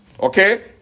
Okay